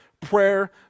prayer